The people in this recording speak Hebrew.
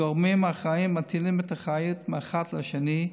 הגורמים האחראים מטילים את האחריות אחד על השני,